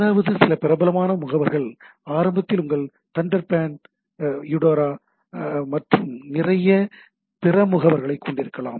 அதாவது சில பிரபலமான முகவர்கள் ஆரம்பத்தில் உங்கள் தண்டர்பேர்ட் யூடோரா மற்றும் நிறைய பிற முகவர்களைக் கொண்டிருக்கலாம்